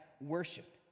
worship